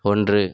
ஒன்று